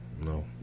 no